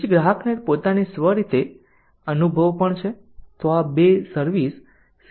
પછી ગ્રાહક ને પોતાની સ્વ રીતે અનુભવ પણ છે તો આ 2 સર્વિસ સિસ્ટમ આઉટપુટ છે